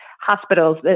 hospitals